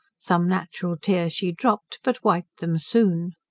some natural tears she dropp'd, but wip'd them soon.